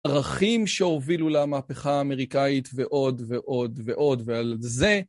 ערכים שהובילו למהפכה האמריקאית, ועוד, ועוד, ועוד. ועל זה ...